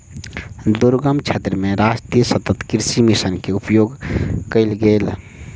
दुर्गम क्षेत्र मे राष्ट्रीय सतत कृषि मिशन के उपयोग कयल गेल